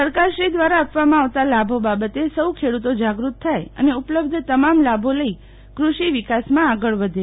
સરકારશ્રી દ્વારા આપેવામાં આવતા લાભો બાબતે સૌ ખેડૂતો જાગૃત થાય અને ઉપલબ્ધ તમામ લાભો લઇ કૃષ્ષિ વિકાસમાં આગળ વધે